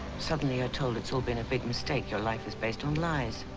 suddenly you're told it's all been a big mistake. your life is based on lies.